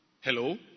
Hello